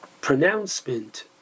pronouncement